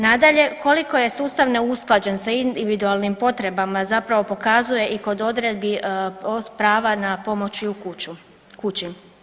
Nadalje, koliko je sustav neusklađen sa individualnim potrebama zapravo pokazuje i kod odredbi prava na pomoć i u kući.